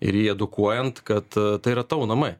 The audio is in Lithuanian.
ir jį edukuojant kad tai yra tavo namai